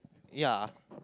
ya